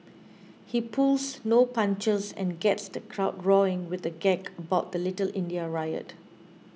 he pulls no punches and gets the crowd roaring with a gag about the Little India riot